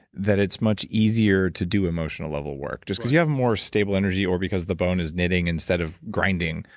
that it's much easier to do emotional level work, just because you have more stable energy, or because the bone is knitting instead of grinding,